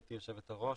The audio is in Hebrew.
גברתי יושבת הראש,